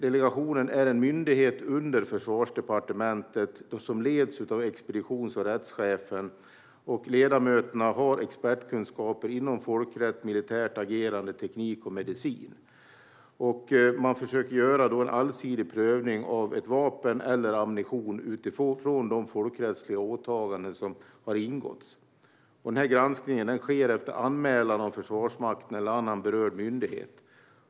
Delegationen är en myndighet under Försvarsdepartementet som leds av expeditions och rättschefen. Ledamöterna har expertkunskaper inom folkrätt, militärt agerande, teknik och medicin. De försöker göra en allsidig prövning av vapen eller ammunition utifrån de folkrättsliga åtaganden som har ingåtts. Granskningen sker efter anmälan av Försvarsmakten eller annan berörd myndighet.